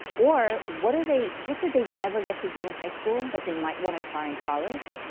or what are they, what did they never get to do in high school that they might want to try in college.